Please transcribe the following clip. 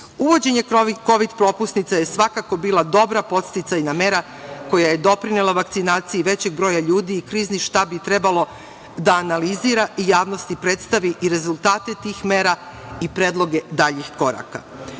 Uvođenje kovid propusnica je svakako bila dobra podsticajna mera koja je doprinela vakcinaciji većeg broja ljudi i Krizni štab bi trebalo da analizira i javnosti predstavi i rezultate tih mera i predloge daljih koraka.